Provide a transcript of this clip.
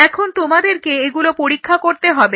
এখন তোমাদেরকে এগুলো পরীক্ষা করতে হবে